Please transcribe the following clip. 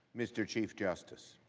mr. chief justice,